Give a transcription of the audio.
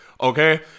Okay